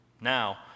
Now